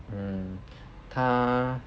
mm 他